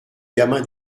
gamin